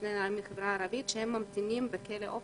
יש שני נערים מהחברה הערבית שממתינים בכלא "אופק"